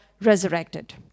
resurrected